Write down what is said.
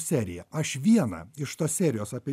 seriją aš vieną iš tos serijos apie